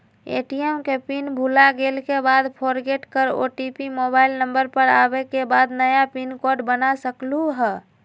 ATM के PIN भुलागेल के बाद फोरगेट कर ओ.टी.पी मोबाइल नंबर पर आवे के बाद नया पिन कोड बना सकलहु ह?